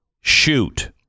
shoot